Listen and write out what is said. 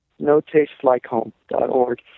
Notastelikehome.org